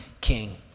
king